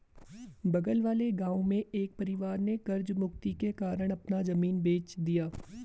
बगल वाले गांव में एक परिवार ने कर्ज मुक्ति के कारण अपना जमीन बेंच दिया